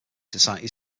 societies